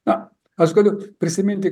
na aš galiu prisiminti